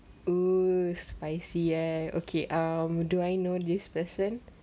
oh spicy eh okay um do I know this person